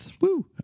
Woo